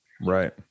Right